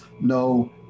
no